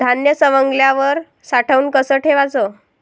धान्य सवंगल्यावर साठवून कस ठेवाच?